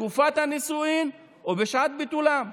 בתקופת הנישואין ובשעת ביטולם.